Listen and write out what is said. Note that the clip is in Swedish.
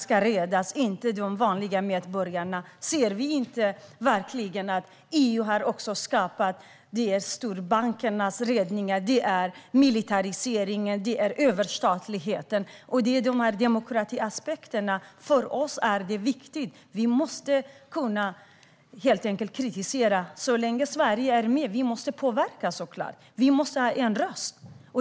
Det gäller inte de vanliga medborgarna. Ser ni verkligen inte att EU också har skapat storbankernas räddning, militarisering och överstatlighet? För Vänsterpartiet är demokratiaspekterna viktiga. Vi måste helt enkelt kunna kritisera, och så länge Sverige är med i EU måste vi såklart påverka. Vi måste ha en röst.